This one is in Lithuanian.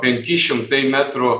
penki šimtai metrų